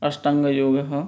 अष्टाङ्गयोगः